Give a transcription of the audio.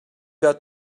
got